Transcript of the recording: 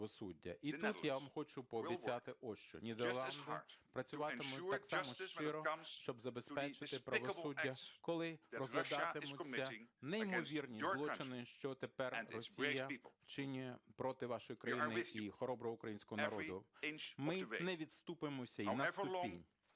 І тут я вам хочу пообіцяти ось що. Нідерланди працюватимуть так само щиро, щоб забезпечити правосуддя, коли розглядатимуться неймовірні злочини, що тепер Росія вчиняє проти вашої країни і хороброго українського народу. Ми не відступимося і на ступінь,